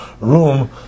room